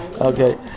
Okay